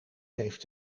heeft